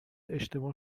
اشتباه